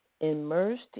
immersed